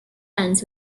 ends